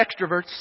extroverts